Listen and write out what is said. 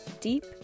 deep